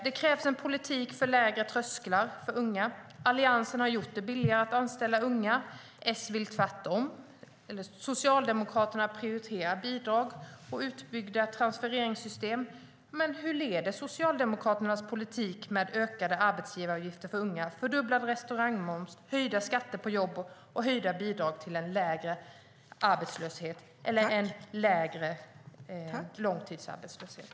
Det krävs en politik för lägre trösklar för unga. Alliansen har gjort det billigare att anställa unga. Socialdemokraterna vill tvärtom. De prioriterar bidrag och utbyggda transfereringssystem. Men hur leder Socialdemokraternas politik - med ökade arbetsgivaravgifter för unga, fördubblad restaurangmoms, höjda skatter på jobb och höjda bidrag - till lägre arbetslöshet eller lägre långtidsarbetslöshet?